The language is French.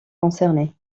concernés